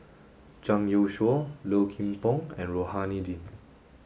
Zhang Youshuo Low Kim Pong and Rohani Din